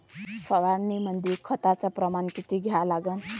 फवारनीमंदी खताचं प्रमान किती घ्या लागते?